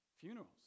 Funerals